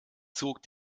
zog